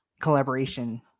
collaboration